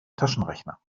taschenrechner